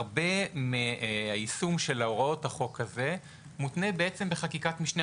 הרבה מהיישום של הוראות החוק הזה מותנה בחקיקת משנה,